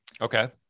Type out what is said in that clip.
Okay